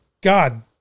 God